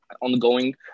ongoing